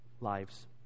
lives